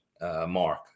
mark